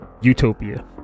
Utopia